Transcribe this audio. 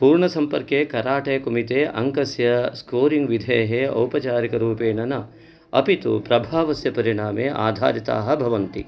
पूर्णसम्पर्के karate kumite अङ्कस्य स्कोरिङ्ग्विधेः औपचारिकरूपेण न अपि तु प्रभावस्य परिणामे आधारिताः भवन्ति